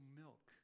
milk